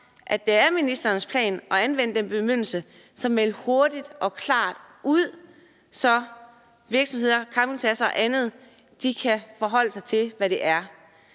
det er ministerens plan at anvende den bemyndigelse, at man hurtigt og klart melder ud, så virksomheder, campingpladser og andet kan forholde sig til, hvad det